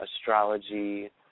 astrology